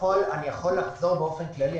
יכול לחזור באופן כללי.